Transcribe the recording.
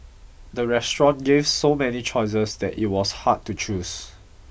the restaurant gave so many choices that it was hard to choose